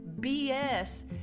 BS